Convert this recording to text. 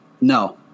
No